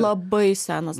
labai senas